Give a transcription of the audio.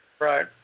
Right